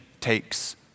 takes